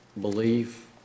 belief